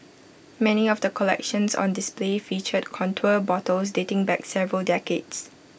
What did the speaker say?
many of the collections on display featured contour bottles dating back several decades